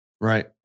Right